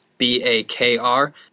B-A-K-R